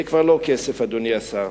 זה כבר לא כסף, אדוני השר.